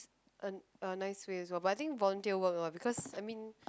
a a nice way as well but I think volunteer work lor because I mean